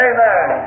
Amen